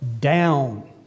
Down